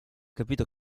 capito